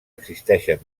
existeixen